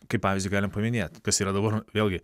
kaip pavyzdį galim paminėt kas yra dabar vėlgi